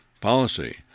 policy